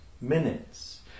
minutes